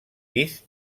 pis